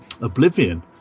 Oblivion